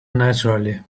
naturally